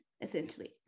essentially